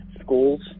schools